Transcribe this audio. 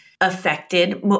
affected